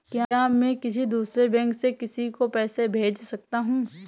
क्या मैं किसी दूसरे बैंक से किसी को पैसे भेज सकता हूँ?